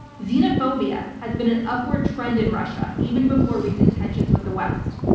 xenophobia has been an upward trend in russia even before recent tensions with the west.